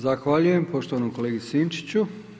Zahvaljujem poštovanom kolegi Sinčiću.